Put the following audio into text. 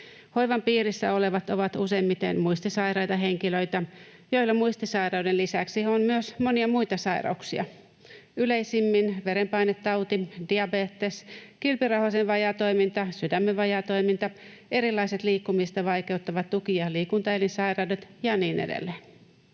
Hoivan piirissä olevat ovat useimmiten muistisairaita henkilöitä, joilla muistisairauden lisäksi on myös monia muita sairauksia, yleisimmin verenpainetauti, diabetes, kilpirauhasen vajaatoiminta, sydämen vajaatoiminta, erilaiset liikkumista vaikeuttavat tuki- ja liikuntaelinsairaudet ja niin edelleen.